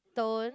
don't